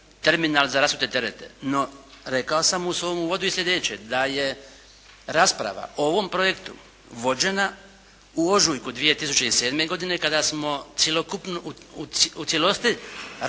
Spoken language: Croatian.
terminal za rasute terete. No, rekao sam u svom uvodu i slijedeće, da je rasprava o ovom projektu vođena u ožujku 2007. godine kada smo u cijelosti raspravili